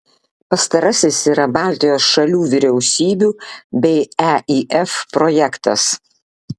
pastarasis yra baltijos šalių vyriausybių bei eif projektas